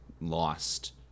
lost